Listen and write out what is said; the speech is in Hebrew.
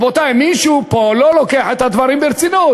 רבותי, מישהו פה לא לוקח את הדברים ברצינות.